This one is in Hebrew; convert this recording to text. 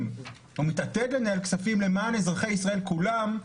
או מתעתד לנהל כספים של אזרחי ישראל כולם,